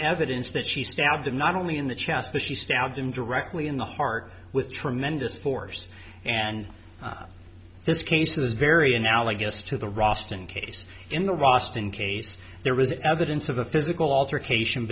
evidence that she stabbed him not only in the chest the she stabbed him directly in the heart with tremendous force and this case is very analogous to the rostand case in the boston case there was evidence of a physical altercation